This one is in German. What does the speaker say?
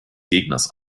gegners